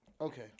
Okay